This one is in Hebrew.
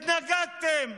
התנגדתם.